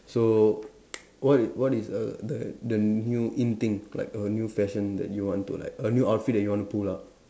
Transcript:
so what is what is err the the new in thing like the new fashion that you want to like a new outfit that you want to pull out